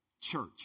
church